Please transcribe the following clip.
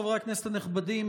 חברי הכנסת הנכבדים,